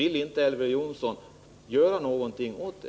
Vill inte Elver Jonsson göra någonting åt det?